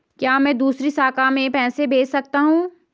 क्या मैं दूसरी शाखा में पैसे भेज सकता हूँ?